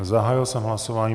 Zahájil jsem hlasování.